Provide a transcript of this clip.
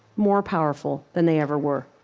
more powerful than they ever were